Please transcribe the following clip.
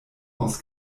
aus